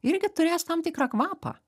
irgi turės tam tikrą kvapą